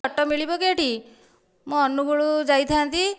auto ମିଳିବ କି ଏଠି ମୁଁ ଅନୁଗୁଳ ଯାଇଥାନ୍ତି